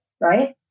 right